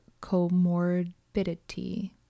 comorbidity